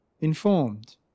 informed